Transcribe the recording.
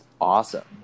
awesome